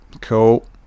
cool